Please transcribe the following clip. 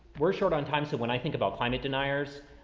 we're short on time. so when i think about climate deniers,